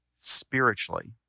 spiritually